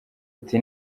ute